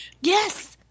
yes